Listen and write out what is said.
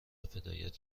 هدایت